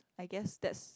I guess that's